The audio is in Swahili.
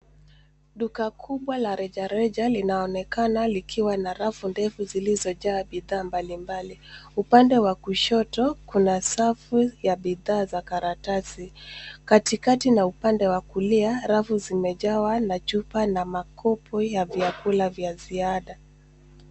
Duka kubwa la rejareja linaonekana likiwa na rafu ndefu zilizojaa bidhaa mbalimbali. Upande wa kushoto kuna safu ya bidhaa za karatasi. Katikati na upande wa kulia, rafu zimejawa na chupa na makupwi ya vyakula vya ziada.